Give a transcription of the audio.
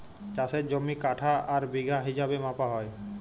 চাষের জমি কাঠা আর বিঘা হিছাবে মাপা হ্যয়